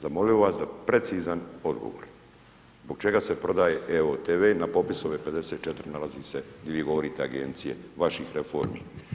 Zamolio bih vas za precizan odgovor, zbog čega se prodaje evo-tv na popisu ove 54, nalazi se, gdje vi govorite Agencije, vaših reformi?